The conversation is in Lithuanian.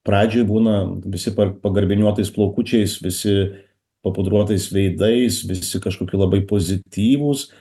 pradžioj būna visi pa pagarbiniuotais plaukučiais visi papudruotais veidais visi kažkoki labai pozityvūs